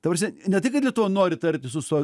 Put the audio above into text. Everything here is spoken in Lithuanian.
ta prasme ne tai kad lietuva nori tartis su so